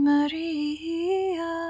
Maria